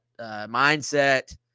mindset